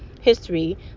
history